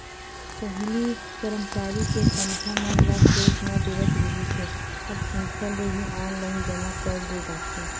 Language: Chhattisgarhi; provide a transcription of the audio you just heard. पहिली करमचारी के तनखा मन ल चेक म देवत रिहिस हे अब संस्था ले ही ऑनलाईन जमा कर दे जाथे